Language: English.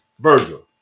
Virgil